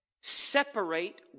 separate